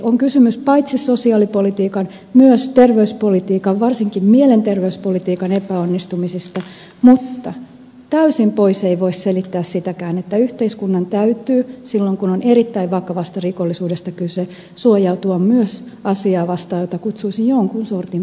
on kysymys paitsi sosiaalipolitiikan myös terveyspolitiikan varsinkin mielenterveyspolitiikan epäonnistumisista mutta täysin pois ei voi selittää sitäkään että yhteiskunnan täytyy silloin kun on erittäin vakavasta rikollisuudesta kyse suojautua myös asiaa vastaan jota kutsuisin jonkin sortin pahuudeksi